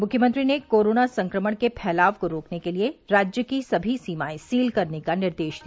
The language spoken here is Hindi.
मुख्यमंत्री ने कोरोना संक्रमण के फैलाव को रोकने के लिए राज्य की सभी सीमाएं सील करने का निर्देश दिया